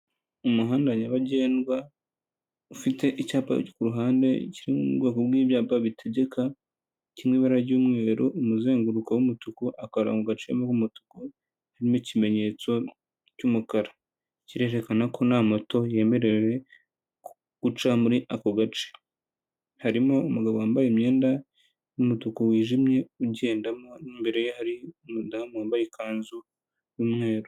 umuhanda nyabagendwa ufite icyapa kuruhande kiri mubwoko bwi'i ibyapa bitegeka kiri mu ibara ry'umweru, umuzenguruko w'umutuku, akorngo gaciyemo k'umutuku harimo ikimenyetso cy'umukara , kirerekana ko nta moto yemerewe guca muri ako gace harimo umugabo wambaye imyenda yumutuku wijimye ugendamo n'imbere ye hari umudamu wambaye ikanzu yu'umweru.